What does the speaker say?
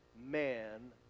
man